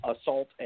assault